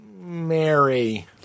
Mary